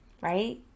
right